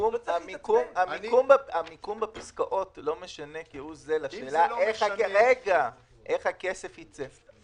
המיקום בפסקאות לא משנה כהוא זה לשאלה איך הכסף ייצא.